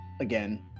again